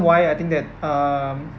why I think that um